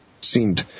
seemed